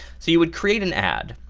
so you would create an ad.